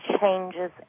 changes